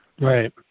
right